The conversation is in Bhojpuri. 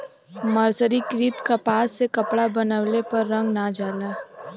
मर्सरीकृत कपास से कपड़ा बनवले पर रंग ना जाला